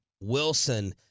Wilson